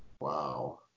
Wow